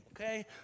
Okay